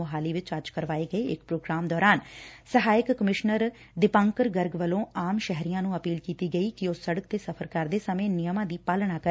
ਮੁਹਾਲੀ ਵਿਚ ਅੱਜ ਕਰਵਾਏ ਗਏ ਇਕ ਪ੍ਰੋਗਰਾਮ ਦੌਰਾਨ ਸਹਾਇਕ ਕਮਿਸ਼ਨਰ ਦੀਪਾਕੰਰ ਗਰਗ ਵੱਲੋਂ ਆਮ ਸ਼ਹਿਰੀਆਂ ਨੂੰ ਅਪੀਲ ਕੀਤੀ ਗਈ ਕਿ ਉਹ ਸੜਕ ਤੇ ਸਫ਼ਰ ਕਰਦੇ ਸਮੇਂ ਨਿਯਮਾਂ ਦੀ ਪਾਲਣਾ ਕਰਨ